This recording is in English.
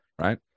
right